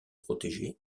protégé